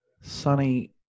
sunny